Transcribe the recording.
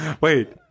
Wait